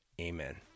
Amen